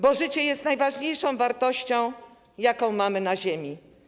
Bo życie jest najważniejszą wartością, jaką mamy na ziemi.